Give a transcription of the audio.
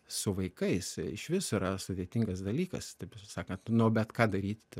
su vaikais išvis yra sudėtingas dalykas taip sakant nuo bet ką daryti